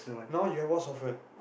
now you have what software